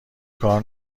کار